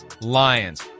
Lions